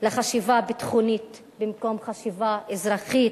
לחשיבה ביטחונית במקום חשיבה אזרחית,